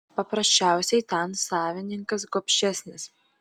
paprasčiausiai ten savininkas gobšesnis